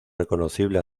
reconocible